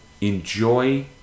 Enjoy